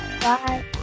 Bye